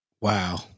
Wow